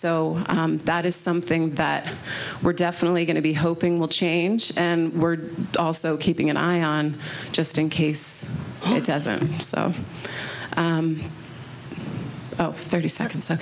so that is something that we're definitely going to be hoping will change and we're also keeping an eye on just in case it doesn't so thirty seconds